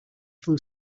flu